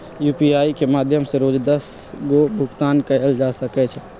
UPI के माध्यम से रोज दस गो भुगतान कयल जा सकइ छइ